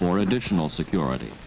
for additional security